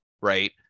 right